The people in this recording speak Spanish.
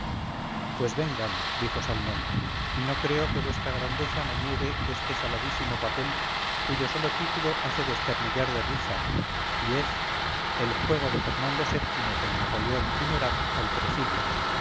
pues vengan dijo salmón y no creo que vuestra grandeza me niegue este saladísimo papel cuyo solo título hace desternillar de risa y es el juego de fernando vii con napoleón y murat al tresillo